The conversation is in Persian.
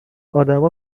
آدمها